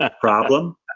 problem